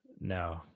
No